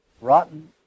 rotten